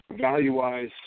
value-wise